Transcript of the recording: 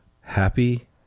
Happy